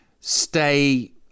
stay